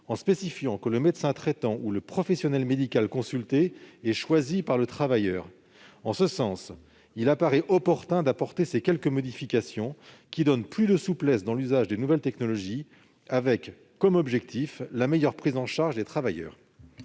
qui spécifie que le médecin traitant ou le professionnel médical consulté est choisi par le travailleur. En ce sens, il paraît opportun d'apporter ces modifications rédactionnelles de manière à apporter plus de souplesse dans l'usage des nouvelles technologies, avec comme objectif une meilleure prise en charge des travailleurs.